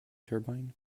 turbine